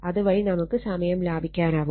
അത് വഴി നമുക്ക് സമയം ലഭിക്കാനാവും